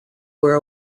were